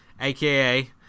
aka